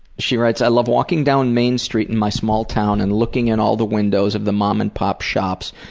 she writes i love walking down main street in my small town and looking in all the windows of the mom and pop shops,